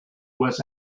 was